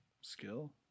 skill